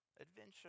Adventure